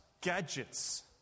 gadgets